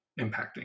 impacting